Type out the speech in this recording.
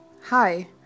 Hi